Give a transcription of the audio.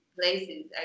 places